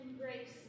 grace